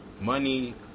Money